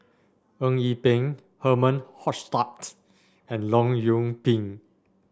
Eng Yee Peng Herman Hochstadt and Leong Yoon Pin